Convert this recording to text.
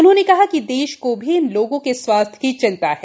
उन्होंने कहा कि देश को भी इन लोगों के स्वास्थ्य की चिंता है